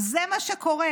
זה מה שקורה.